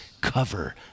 cover